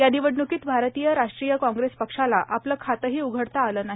या निवडणुकीत भारतीय राष्ट्रीय काँग्रेस पक्षाला आपलं खातंही उघडता आलं नाही